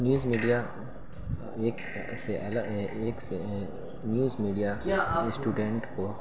news media news media student کو